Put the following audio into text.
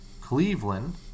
Cleveland